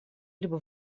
либо